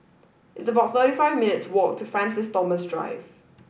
it's about thirty five minute to walk to Francis Thomas Drive